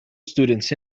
students